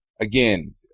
again